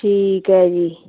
ਠੀਕ ਹੈ ਜੀ